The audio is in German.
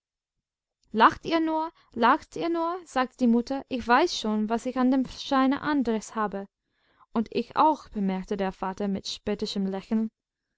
lacht ihr nur lacht ihr nur sagte die mutter ich weiß schon was ich an dem schreiner andres habe und ich auch bemerkte der vater mit spöttischem lächeln